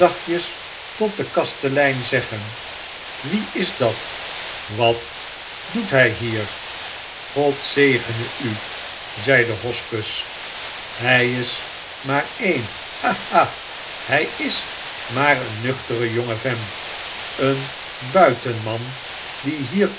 tot den kastelein zeggen wie is dat wat doet kg hier god zegene u zei de hospes w hij is maar een ha ha ha hij is maar een nuchtere jonge vent een buitenman die hier